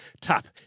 top